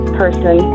person